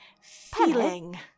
feeling